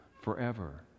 forever